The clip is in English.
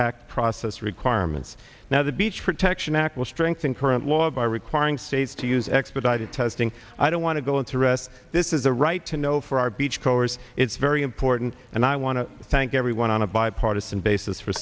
act process requirements now the beach protection act will strengthen current law by requiring states to use expedited testing i don't want to go into rest this is a right to know for our beach goers it's very important and i want to thank everyone on a bipartisan basis for